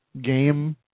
game